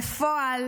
בפועל